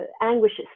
anguishes